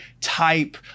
type